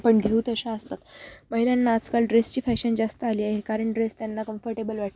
आपण घेऊ तशा असतात महिलांना आजकाल ड्रेस ची फॅशन जास्त आली आहे कारण ड्रेस त्यांना कम्फर्टेबल वाटत